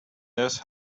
this